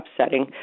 upsetting